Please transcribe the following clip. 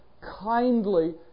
kindly